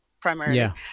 primarily